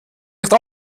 nicht